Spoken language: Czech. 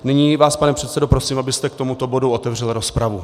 Nyní vás, pane předsedo, prosím, abyste k tomuto bodu otevřel rozpravu.